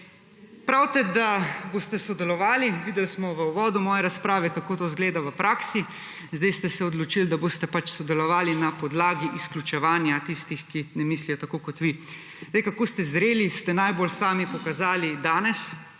Pravite, da boste sodelovali. Videli smo v uvodu moje razprave, kako to zgleda v praksi. Zdaj ste se odločili, da boste pač sodelovali na podlagi izključevanja tistih, ki ne mislijo, tako kot vi. Zdaj, kako ste zreli, ste najbolj sami pokazali danes,